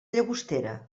llagostera